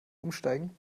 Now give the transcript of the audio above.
umsteigen